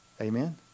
Amen